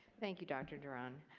thank you, dr. duran.